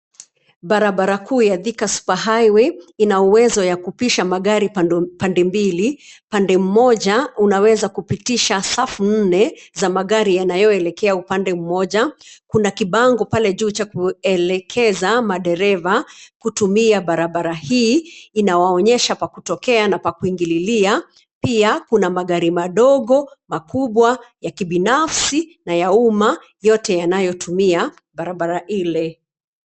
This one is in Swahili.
Barabara kuu ya Thika Superhighway ina uwezo ya kupisha magari pande mbili, pande mmoja unaweza kupitisha safu nne za magari yanayoelekea upande mmoja. Kuna kibango pale juu cha kuelekeza madereva kutumia barabara hii, inawaonyesha pa kutokea na pa kuingililia. Pia kuna magari madogo, makubwa, ya kibinafsi na ya umma, yote yanayotumia barabara ile.